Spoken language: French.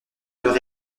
leur